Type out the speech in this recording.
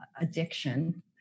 addiction